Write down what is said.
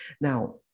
Now